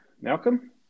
Malcolm